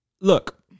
look